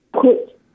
put